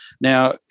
now